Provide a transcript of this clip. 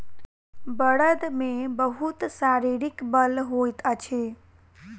बड़द मे बहुत शारीरिक बल होइत अछि